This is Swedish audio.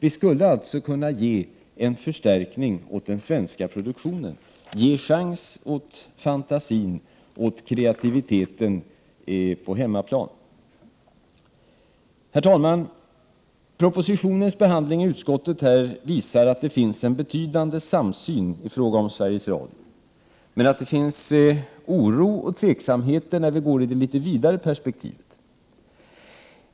Vi skulle alltså kunna ge en förstärkning åt den svenska produktionen, ge chans åt fantasin, åt kreativiteten på hemmaplan. Herr talman! Propositionens behandling i utskottet visar att det finns en betydande samsyn i fråga om Sveriges Radio men att det finns oro och tveksamhet när vi går i det litet vidare perspektivet.